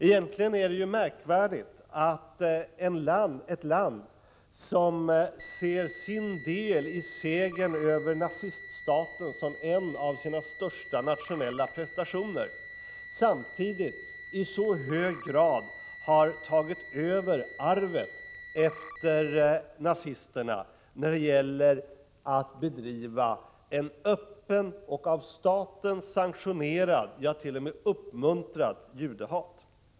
Egentligen är det märkvärdigt att ett land, som ser sin del i segern över naziststaten som en av sina största nationella prestationer, samtidigt i så hög grad har tagit över arvet efter nazisterna när det gäller att uppvisa ett öppet och av staten sanktionerat, ja t.o.m. uppmuntrat, judehat.